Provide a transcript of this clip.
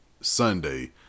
Sunday